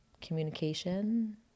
Communication